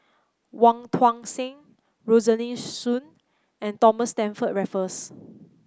Wong Tuang Seng Rosaline Soon and Thomas Stamford Raffles